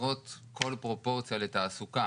חסרות כל פרופורציה לתעסוקה